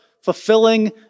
fulfilling